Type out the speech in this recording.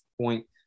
point